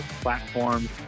platforms